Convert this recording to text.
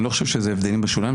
אני לא חושב שזה הבדלים בשוליים,